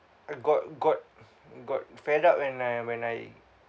uh got got got fed up when I when I